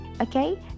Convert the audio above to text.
Okay